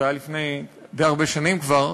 זה היה לפני די הרבה שנים כבר,